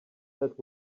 that